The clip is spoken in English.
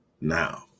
Now